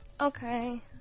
Okay